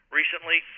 recently